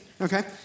okay